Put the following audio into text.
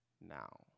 now